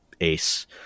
ace